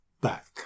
back